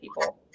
people